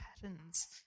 patterns